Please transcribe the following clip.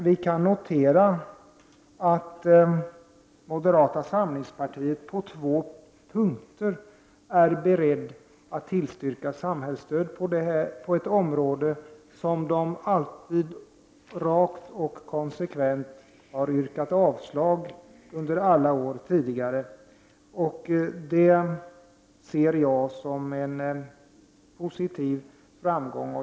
Vi kan notera att moderaterna på två punkter är beredda att tillstyrka förslaget om samhällsstöd på ett område där de alltid rakt och konsekvent har yrkat avslag under alla tidigare år. Det ser jag som en positiv framgång.